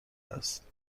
است